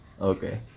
Okay